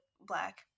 black